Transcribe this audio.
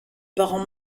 parents